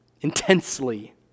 intensely